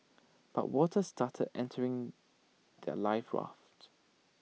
but water started entering their life rafts